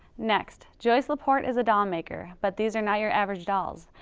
next, joyce laporte is a doll maker, but these are not your average dolls.